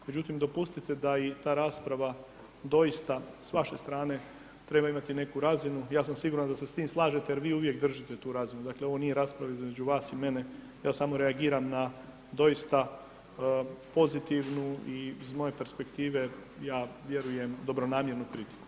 Međutim, dopustite da i ta rasprava doista s vaše strane treba imati neku razinu, ja sam siguran da se s tim slažete jer vi uvijek držite tu razinu, dakle, ovo nije rasprava između vas i mene, ja samo reagiram na doista pozitivnu i s moje perspektive, ja vjerujem, dobronamjernu kritiku.